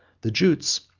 the jutes,